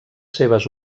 seves